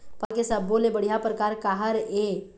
पताल के सब्बो ले बढ़िया परकार काहर ए?